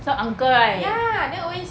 so uncle right